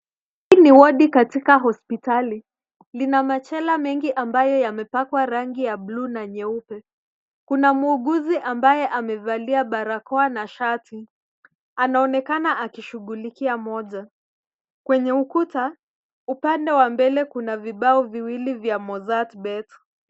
Hii ni wadi katika hospitali. lina machela mingi ambaye yamepakwa rangi ya buluu na nyeupe. Kuna muuguzi amevalia barakoa na shati. Anaonekana akishughulikia mmoja. Kwenye ukuta, upande wa mbele kuna vibao viwili vya Mozzart Bet.